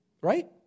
right